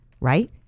right